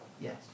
Yes